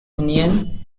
union